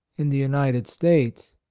in the united states.